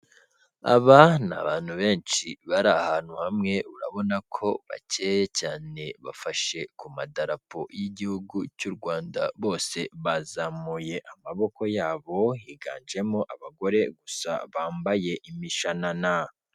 Aba ni abantu benshi bari ahantu hamwe, urabona ko bakeye cyane, bafashe ku madarapo y'igihugu cy'u Rwanda, bose bazamuye amaboko yabo, higanjemo abagore gusa bambaye imishanana.